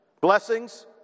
blessings